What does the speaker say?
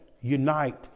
unite